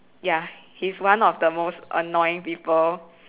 ya he is one of the most annoying people